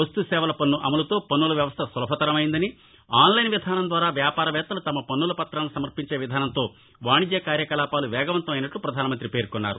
వస్తు సేవల పన్ను అమలుతో పన్నుల వ్యవస్థ సులభతరం అయ్యిందని ఆన్లైన్ విధానం ద్వారా వ్యాపారవేత్తలు తమ పన్నుల పతాలను సమర్పించే విధానంతో వాణిజ్య కార్యకలాపాలు వేగవంతం అయినట్లు ప్రధానమంతి పేర్కొన్నారు